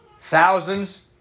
Thousands